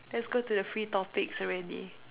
let's go to the free topics already